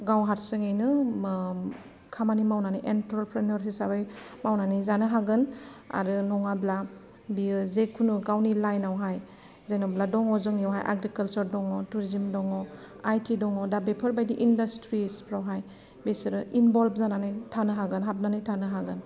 गाव हारसिंयैनो खामानि मावनानै इनटारप्रिनिव'र हिसाबै मावनानै जानो हागोन आरो नङाब्ला बियो जेखुनु गावनि लाइनआव जेन'ब्ला दङ जोंनिआवहाइ एग्रिकालचार दङ टुरिसिम दङ आइ टि दङ दा बेफोरबायदि इनडास्ट्रिस फ्रावहाइ बिसोरो इनभल्भ जानानै थानो हागोन हाबनानै थानो हागोन